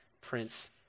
Prince